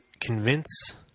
convince